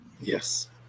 Yes